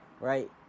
Right